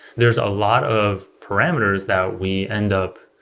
there is a lot of parameters that we end up,